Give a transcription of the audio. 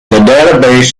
database